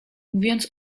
mówiąc